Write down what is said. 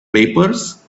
papers